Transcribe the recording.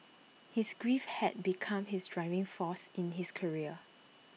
his grief had become his driving force in his career